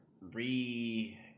re